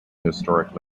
historic